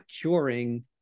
curing